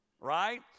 Right